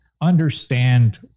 understand